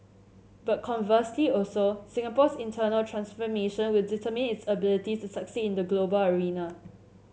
but conversely also Singapore's internal transformation will determine its ability to succeed in the global arena